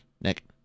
Nick